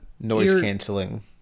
Noise-canceling